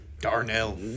Darnell